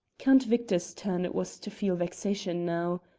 count victor's turn it was to feel vexation now.